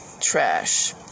trash